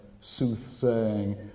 soothsaying